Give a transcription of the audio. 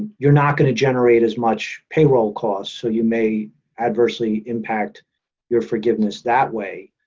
you're not going to generate as much payroll cost, so you may adversely impact your forgiveness that way.